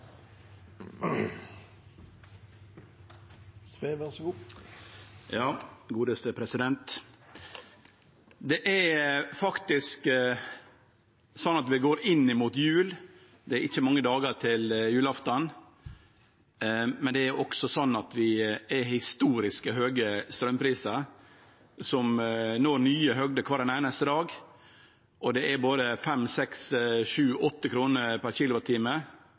Det er faktisk sånn at vi går mot jul, det er ikkje mange dagar til julaftan, men det er også sånn at vi har historisk høge straumprisar som når nye høgder kvar einaste dag. Det er både 5, 6, 7 og 8 kr per